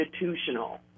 institutional